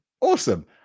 awesome